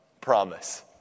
Promise